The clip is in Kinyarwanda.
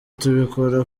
tubikora